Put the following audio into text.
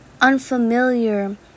unfamiliar